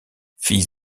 fils